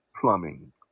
plumbing